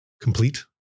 complete